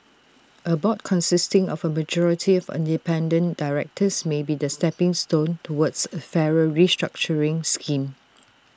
A board consisting of A majority of independent directors may be the stepping stone towards A fairer restructuring scheme